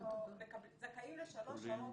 זכאים לשלוש שעות.